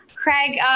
Craig